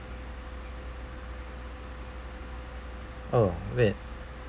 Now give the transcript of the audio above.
oh where